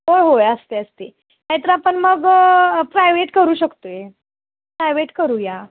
होय होय असते असते नाहीतर आपण मग प्रायवेट करू शकतो आहे प्रायवेट करूया